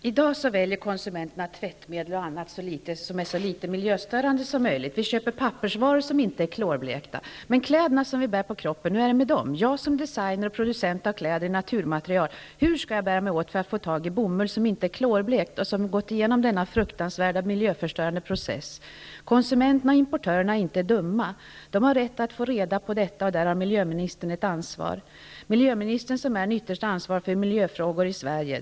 Fru talman! I dag väljer konsumenterna tvättmedel osv. som är så litet miljöstörande som möjligt. De köper pappersvaror som inte är klorblekta, osv. Men hur är det med kläderna vi bär på kroppen? Hur skall jag som designer och producent av kläder i naturmaterial bära mig åt för att få tag i bomull som inte är klorblekt och som inte har gått igenom denna fruktansvärda miljöförstörande process? Konsumenterna och importörerna är inte dumma. De har rätt att få reda på detta. Där har miljöministern ett ansvar som ytterst ansvarig för miljöfrågor i Sverige.